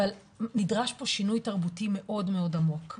אבל נדרש פה שינוי תרבותי מאוד עמוק,